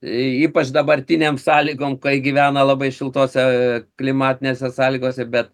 ypač dabartinėm sąlygom gyvena labai šiltose klimatinėse sąlygose bet